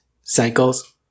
cycles